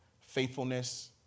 faithfulness